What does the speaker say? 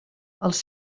els